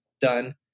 done